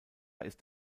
ist